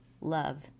Love